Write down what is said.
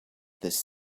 this